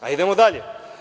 Idemo dalje.